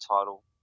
title